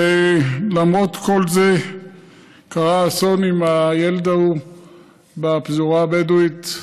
ולמרות כל זה קרה אסון עם הילד ההוא בפזורה הבדואית.